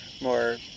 more